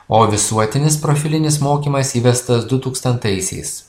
o visuotinis profilinis mokymas įvestas dutūkstantaisiais